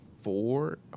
four